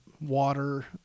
water